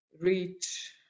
reach